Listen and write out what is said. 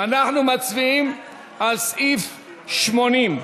אנחנו מצביעים על סעיפים 80,